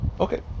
Okay